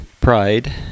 pride